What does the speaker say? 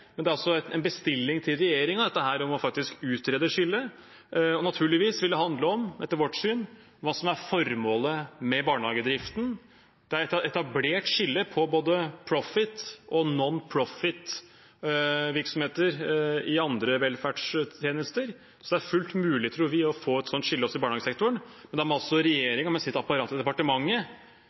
og naturligvis vil det handle om – etter vårt syn – hva som er formålet med barnehagedriften. Det er etablert skille på både profit- og non-profit-virksomheter i andre velferdstjenester. Så det er fullt mulig, tror vi, å få et sånt skille også i barnehagesektoren. Men da må regjeringen med sitt apparat i departementet